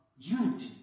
unity